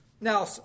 Now